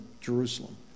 Jerusalem